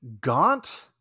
gaunt